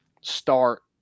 start